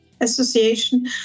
association